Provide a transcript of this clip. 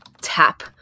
tap